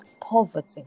poverty